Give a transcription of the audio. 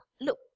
look